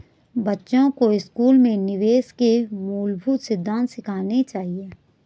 बच्चों को स्कूल में निवेश के मूलभूत सिद्धांत सिखाने चाहिए